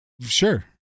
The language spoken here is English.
sure